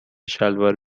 شلوار